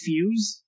Fuse